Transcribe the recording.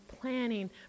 planning